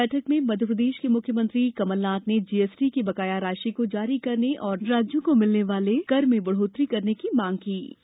बैठक में मध्यप्रदेश के मुख्यमंत्री कमल नाथ ने जीएसटी की बकाया राशि को जारी करने और राज्यों को मिलने वाले कर में बढ़ोत्तरी करने की मांग रखी